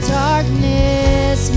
darkness